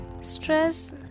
stress